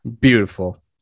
Beautiful